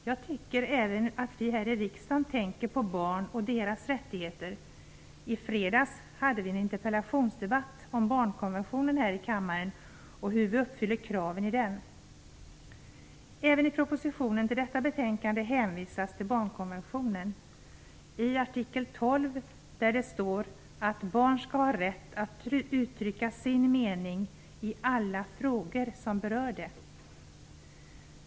Jag tycker att vi även här i riksdagen tänker på barn och deras rättigheter. I fredags hade vi en interpellationsdebatt här i kammaren om barnkonventionen och hur vi uppfyller kraven i den. Även i propositionen till detta betänkande hänvisas till barnkonventionen och till artikel 12 där det står att barn skall ha rätt att uttrycka sin mening i alla frågor som berör dem.